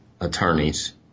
attorneys